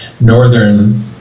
northern